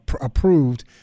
approved